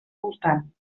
voltant